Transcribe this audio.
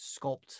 sculpt